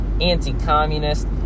anti-communist